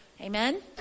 Amen